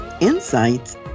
insights